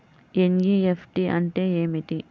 NEFT అంటే ఏమిటీ?